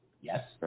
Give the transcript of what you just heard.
Yes